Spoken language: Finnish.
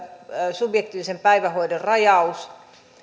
subjektiivisen päivähoidon rajaus